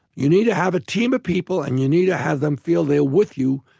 you need to have a team of people, and you need to have them feel they are with you,